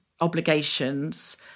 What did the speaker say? obligations